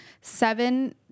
seven